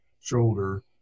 shoulder